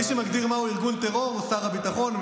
מי שמגדיר מהו ארגון טרור הוא שר הביטחון.